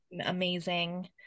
amazing